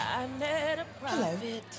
Hello